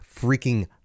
freaking